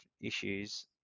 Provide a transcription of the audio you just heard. issues